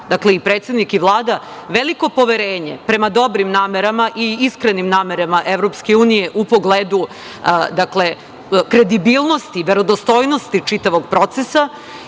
dakle, i predsednik i Vlada, veliko poverenje prema dobrim i iskrenim namerama EU, u pogledu kredibilnosti, verodostojnosti čitavog procesa